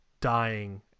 dying